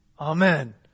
Amen